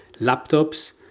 laptops